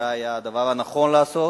זה היה הדבר הנכון לעשות,